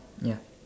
ya